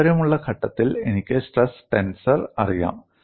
താൽപ്പര്യമുള്ള ഘട്ടത്തിൽ എനിക്ക് സ്ട്രെസ് ടെൻസർ അറിയാം